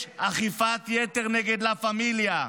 יש אכיפת יתר נגד לה פמיליה.